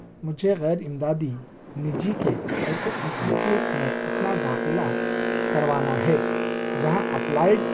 مجھے غیر امدادی نِجی کے ایسے انسٹیٹیوٹ میں اپنا داخلہ کروانا ہے جہاں اپلائڈ